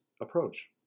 approach